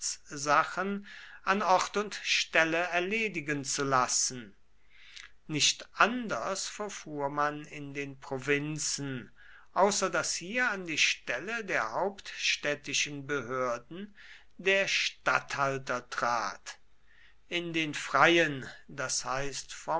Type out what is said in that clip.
rechtssachen an ort und stelle erledigen zu lassen nicht anders verfuhr man in den provinzen außer daß hier an die stelle der hauptstädtischen behörden der statthalter trat in den freien das heißt